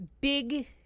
big